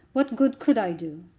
what good could i do?